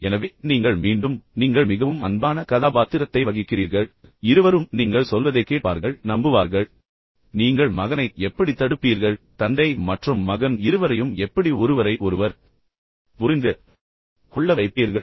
எனவே நீங்கள் மீண்டும் நீங்கள் மிகவும் அன்பான கதாபாத்திரத்தை வகிக்கிறீர்கள் இருவரும் நீங்கள் சொல்வதை கேட்பார்கள் நம்புவார்கள் நீங்கள் அவரை குறிப்பாக மகனைத் எப்படி தடுப்பீர்கள் தந்தை மற்றும் மகன் இருவரையும் எப்படி ஒருவரை ஒருவர் புரிந்துகொள்ள வைப்பீர்கள்